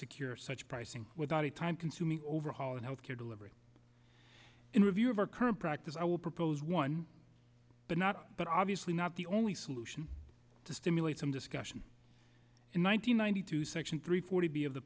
secure such pricing without a time consuming overhaul of health care delivery in review of our current practice i will propose one but not but obviously not the only solution to stimulate some discussion in one thousand nine hundred two section three forty b of the